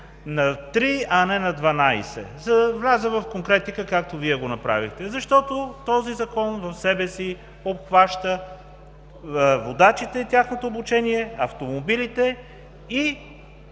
на дванадесет, за да вляза в конкретика, както Вие го направихте? Защото този Закон в себе си обхваща водачите и тяхното обучение, автомобилите и